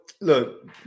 look